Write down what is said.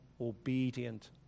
obedient